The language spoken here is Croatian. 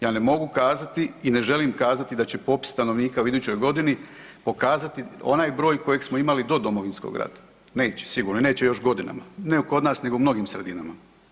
Ja ne mogu kazati i ne želim kazati da će popis stanovnika u idućoj godini pokazati onaj broj kojeg smo imali do Domovinskog rata, neće sigurno i neće još godina, ne kod nas nego u mnogim sredinama.